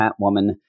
Catwoman